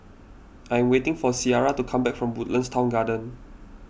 I am waiting for Ciarra to come back from Woodlands Town Garden